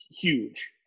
huge